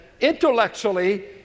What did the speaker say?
intellectually